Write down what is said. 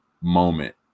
moment